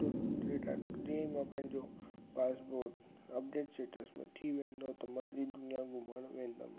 रि रिटायर जीअं ई मां पंहिंजो पासपोर्ट अपडेट स्टेटस में थी वेंदो त मां सॼी दुनिया घुमणु वेंदमि